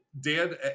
Dan